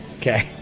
Okay